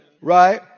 right